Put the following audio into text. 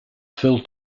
fill